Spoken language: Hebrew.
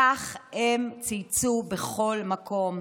כך הם צייצו בכל מקום.